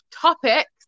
topics